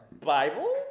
Bible